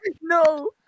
no